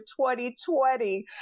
2020